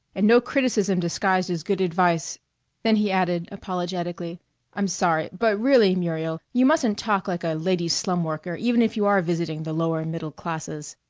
and no criticism disguised as good advice then he added apologetically i'm sorry but really, muriel, you mustn't talk like a lady slum-worker even if you are visiting the lower middle classes.